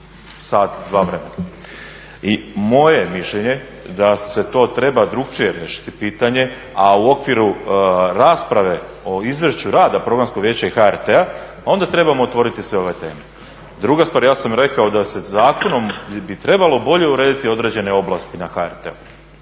sat-dva vremena i moje je mišljenje da se to treba drukčije riješiti pitanje, a u okviru rasprave o izvješću rada Programskog vijeća i HRT-a onda trebamo otvoriti sve ove teme. Druga stvar, ja sam rekao da zakonom bi trebalo bolje urediti određene oblasti na HRT-u.